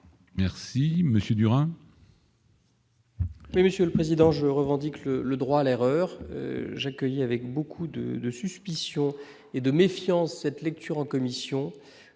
Merci Monsieur Durand.